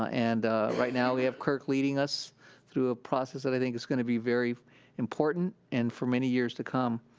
and right now, we have kirk leading us through a process that i think is gonna be very important and for many years to come.